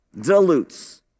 dilutes